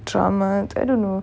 drama I don't know